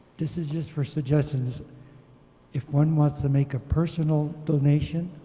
this is just for suggestions if one wants to make a personal donation,